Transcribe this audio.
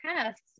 tasks